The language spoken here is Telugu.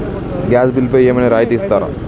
గ్యాస్ బిల్లుపై ఏమైనా రాయితీ ఇస్తారా?